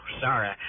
sorry